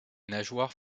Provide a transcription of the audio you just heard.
nageoires